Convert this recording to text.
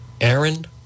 Aaron